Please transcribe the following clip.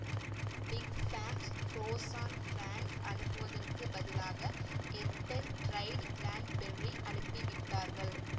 big Sam's frozen prawns அனுப்புவதற்குப் பதிலாக earthen dried cranberry அனுப்பிவிட்டார்கள்